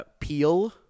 Peel